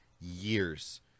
years